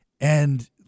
and-